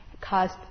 caused